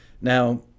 Now